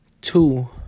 two